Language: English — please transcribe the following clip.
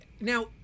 now